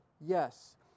yes